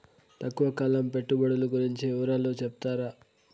తక్కువ కాలం పెట్టుబడులు గురించి వివరాలు సెప్తారా?